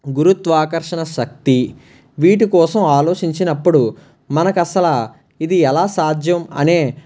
గురుత్వాకర్షణ శక్తి వీటికోసం ఆలోచించినప్పుడు మనకు అసల ఇది ఎలా సాధ్యం అనే